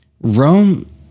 Rome